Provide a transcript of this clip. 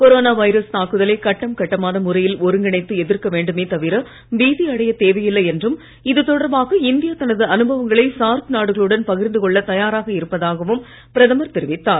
corona virus தாக்குதலை கட்டம் கட்டமான முறையில் ஒருங்கிணைந்து எதிர்க்க வேண்டுமே தவிர பீதி அடைய தேவையில்லை என்றும் இது தொடர்பாக இந்தியா தனது அனுபவங்களை சார்க் நாடுகளுடன் பகிர்ந்து கொள்ள தயாராக இருப்பதாகவும் பிரதமர் தெரிவித்தார்